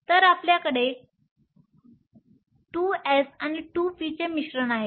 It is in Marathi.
तर आपल्याकडे 2s आणि 2p चे मिश्रण आहे